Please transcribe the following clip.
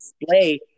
display